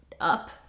up